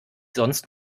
sonst